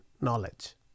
knowledge